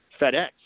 FedEx